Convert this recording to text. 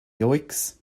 yoicks